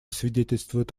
свидетельствует